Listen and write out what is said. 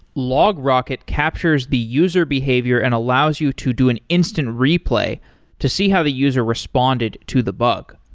logrocket captures the user behavior and allows you to do an instant replay to see how the user responded to the bug.